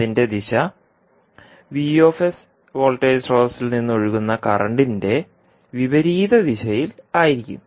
അതിൻറെ ദിശ വോൾട്ടേജ് സ്രോതസ്സിൽ നിന്ന് ഒഴുകുന്ന കറൻറിന്റെ വിപരീത ദിശയിൽ ആയിരിക്കും